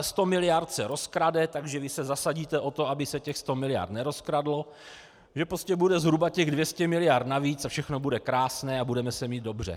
Sto miliard se rozkrade, takže když se zasadíte o to, aby se těch 100 miliard nerozkradlo, že prostě bude zhruba těch 200 miliard navíc a všechno bude krásné a budeme se mít dobře.